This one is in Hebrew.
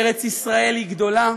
ארץ-ישראל היא גדולה.